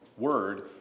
word